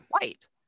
white